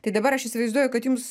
tai dabar aš įsivaizduoju kad jums